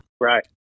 Right